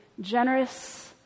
generous